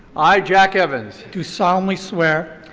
i jack evans. do solemnly swear.